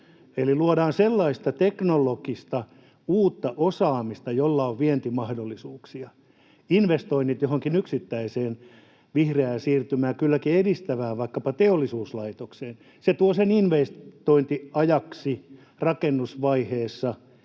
Eli luodaan sellaista teknologista uutta osaamista, jolla on vientimahdollisuuksia. Investoinnit johonkin yksittäiseen vihreää siirtymää edistävään, vaikkapa teollisuuslaitokseen, tuovat sen investointiajaksi rakennusvaiheessa